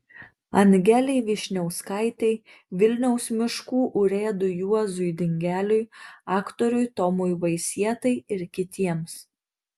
angelei vyšniauskaitei vilniaus miškų urėdui juozui dingeliui aktoriui tomui vaisietai ir kitiems